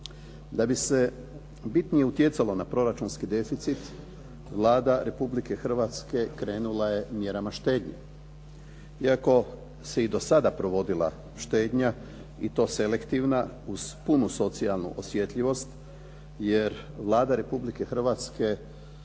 Da bi se bitnije utjecalo na proračunski deficit Vlada Republike Hrvatske krenula je mjerama štednje. Iako se i do sada provodila štednja i to selektivna uz punu socijalnu osjetljivost, jer Vlada Republike Hrvatske